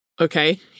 okay